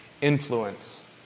influence